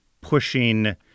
pushing